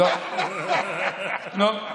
אל תענה לו, הוא לא מקשיב לתשובות שלך.